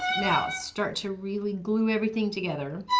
now start to really glue everything together.